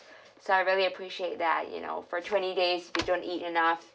so I really appreciate that you know for twenty days we don't eat enough